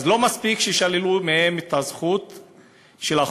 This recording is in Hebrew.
לא מספיק ששללו מהם את הזכות לחופש,